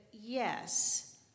Yes